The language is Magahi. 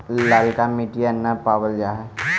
ललका मिटीया न पाबल जा है?